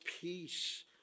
peace